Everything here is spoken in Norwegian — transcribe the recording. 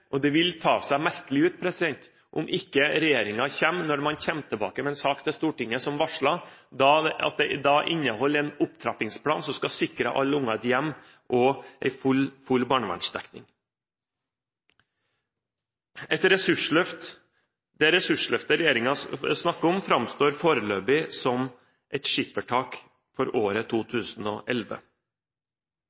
Det vil ta seg merkelig ut om ikke regjeringen, når man kommer tilbake med en sak til Stortinget, som varslet, kommer med en opptrappingsplan som skal sikre alle barn et hjem og en full barnevernsdekning. Det forventer jeg. Det ressursløftet regjeringen snakker om, framstår foreløpig som et skippertak for året 2011.